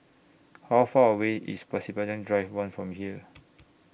How Far away IS Pasir Panjang Drive one from here